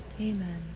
Amen